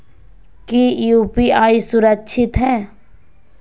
की यू.पी.आई सुरक्षित है?